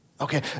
Okay